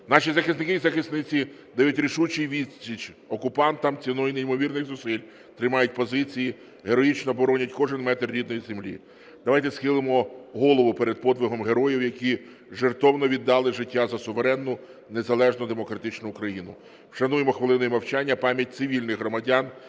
Наші захисники і захисниці дають рішучий відсіч окупантам, ціною неймовірних зусиль тримають позиції, героїчно боронять кожен метр рідної землі. Давайте схилимо голову перед подвигом героїв, які жертовно віддали життя за суверенну незалежну демократичну Україну. Вшануймо хвилиною мовчання пам'ять цивільних громадян,